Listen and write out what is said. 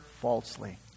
falsely